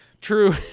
True